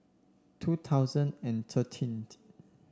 two thousand and thirteen